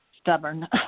stubborn